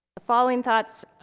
the following thoughts.